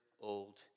old